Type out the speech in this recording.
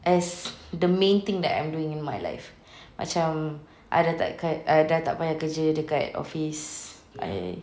as the main thing that I'm doing in my life macam I dah tak payah kerja dekat office I